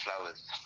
flowers